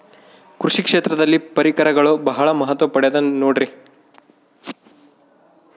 ಕೃಷಿ ಕ್ಷೇತ್ರದಲ್ಲಿ ಪರಿಕರಗಳು ಬಹಳ ಮಹತ್ವ ಪಡೆದ ನೋಡ್ರಿ?